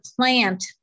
plant